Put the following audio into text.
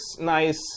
nice